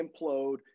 implode